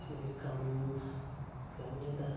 ते कम्म करने दा